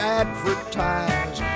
advertise